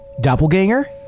Doppelganger